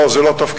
לא, זה לא תפקידך.